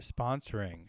sponsoring